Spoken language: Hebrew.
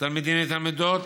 תלמידים ותלמידות,